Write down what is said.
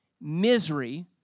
misery